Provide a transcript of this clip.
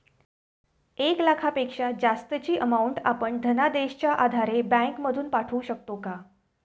एक लाखापेक्षा जास्तची अमाउंट आपण धनादेशच्या आधारे बँक मधून पाठवू शकतो का?